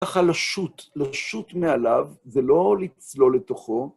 ככה לשוט, לשוט מעליו, זה לא לצלול לתוכו.